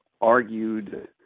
argued